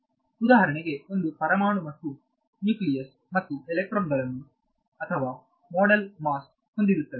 ಉದಾಹರಣೆಗೆ ಒಂದು ಪರಮಾಣು ಮತ್ತು ನ್ಯೂಕ್ಲಿಯಸ್ ಮತ್ತು ಎಲೆಕ್ಟ್ರಾನ್ಗಳು ಅಥವಾ ಮಾಡೆಲ್ ಮಾಸ್ ಹೊಂದಿರುತ್ತದೆ